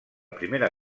primera